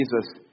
Jesus